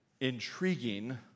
intriguing